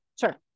Sure